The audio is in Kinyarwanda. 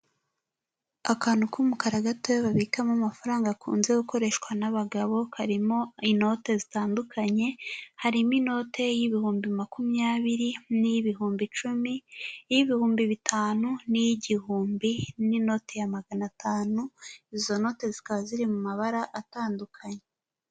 Akantu k'umukara gatoya babikamo amafaranga gakunze gukoreshwa n'abagabo karimo inote zitandukanye harimo inote y'ibihumbi makumyabiri n'iy'ibihumbi icumi iy'ibihumbi bitanu n'iy'igihumbi n'inoti ya magana atanu izo note zikaba ziri mu mabara atandukanye.